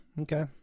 Okay